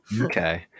Okay